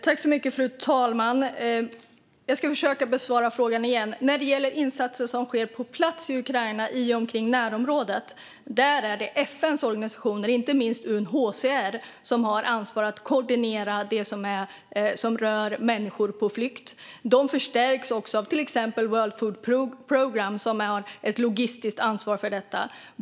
Fru talman! Jag ska försöka besvara frågan igen. När det gäller insatser som sker på plats i Ukraina och i och omkring närområdet är det FN:s organisationer, inte minst UNHCR, som har ansvaret för att koordinera det som rör människor på flykt. De förstärks också av till exempel World Food Programme, som har ett logistiskt ansvar för detta.